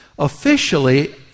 Officially